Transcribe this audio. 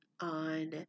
on